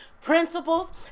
principles